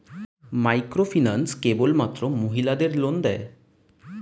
Microfinance কেবলমাত্র মহিলাদের loan দেয়?